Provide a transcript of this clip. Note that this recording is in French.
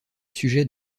sujet